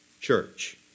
church